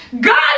God